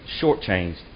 shortchanged